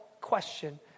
question